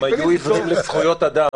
הם היו עיוורים לזכויות אדם,